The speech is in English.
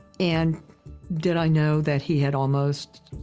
and did i know that he had almost.